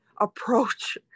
approach